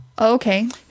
Okay